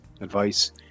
advice